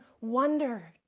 wonder